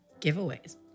giveaways